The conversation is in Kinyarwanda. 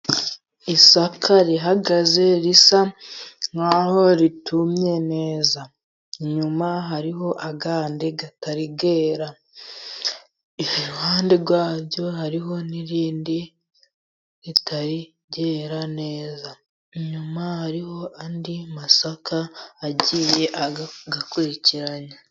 Isaka rihagaze risa nkaho ritumye neza , inyuma hariho ay'andi atari yera , iruhande rwaryo hariho n'irindi ritari ryera neza , inyuma hariho andi masaka agiye akurikiranye.